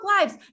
lives